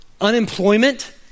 unemployment